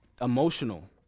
emotional